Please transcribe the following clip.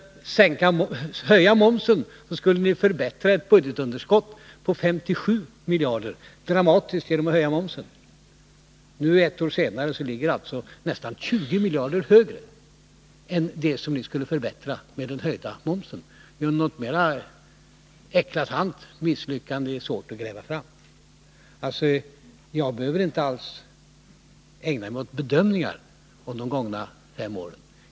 Ni skulle förbättra ert budgetunderskott på 57 miljarder kronor dramatiskt genom att höja momsen. Nu, ett år senare, är budgetunderskottet alltså nästan 20 miljarder kronor större än det var när ni skulle förbättra det med den höjda momsen. Något mera eklatant misslyckande är svårt att gräva fram. Jag behöver alltså inte alls ägna mig åt bedömningar i fråga om de gångna fem åren.